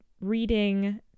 reading